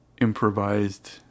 improvised